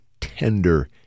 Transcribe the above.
tender